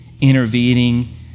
intervening